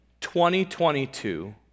2022